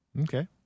Okay